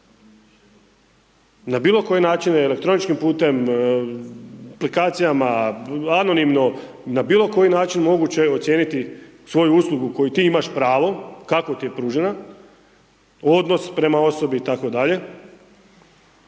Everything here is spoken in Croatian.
na bilo koji način elektroničkim putem, aplikacijama, anonimno, na bilo koji način moguće je ocijeniti svoju uslugu koju ti imaš pravo, kako ti je pružena, odnos prema osobi itd.